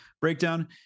breakdown